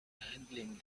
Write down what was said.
handling